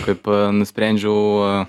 kaip nusprendžiau